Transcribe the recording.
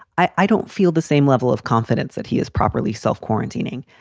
i don't feel the same level of confidence that he is properly self quarantining.